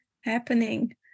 happening